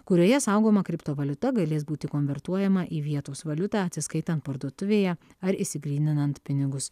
kurioje saugoma kriptovaliuta galės būti konvertuojama į vietos valiutą atsiskaitant parduotuvėje ar išsigryninant pinigus